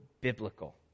biblical